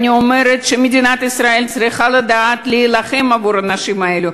אני אומרת שמדינת ישראל צריכה לדעת להילחם עבור האנשים האלה.